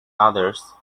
others